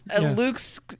luke's